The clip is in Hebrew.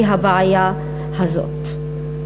היא הבעיה הזאת.